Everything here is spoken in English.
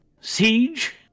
siege